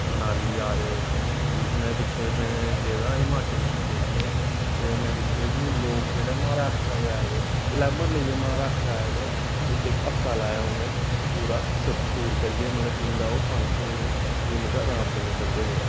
मनाली जा दे में दिक्खे में गेदा हा हिमाचल पिच्छें जेही ओह् ते में दिक्खे कि लोक जेह्ड़े ओह् महाराश्ट्रा दे आए दे ग्लैमर लेइयै महाराश्ट्रा आए दे इक हफ्ता लाया उ'नें पूरा सिर्फ टूर करियै मतलब दिन दा ओह् पंज सौ किलोमीटर अराम कन्नै चलदे हे